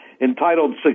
entitled